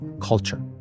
culture